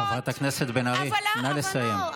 חברת הכנסת בן ארי, נא לסיים.